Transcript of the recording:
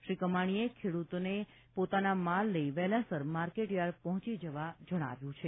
શ્રી કમાણીએ ખેડૂતોને પોતાનો માલ લઇ વહેલાસર માર્કેટયાર્ડ પહોંચી જવા જણાવ્યું છે